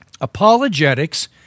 Apologetics